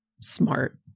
smart